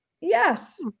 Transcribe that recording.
Yes